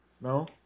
no